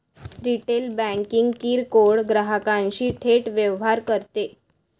retail banking किरकोळ ग्राहकांशी थेट व्यवहार करते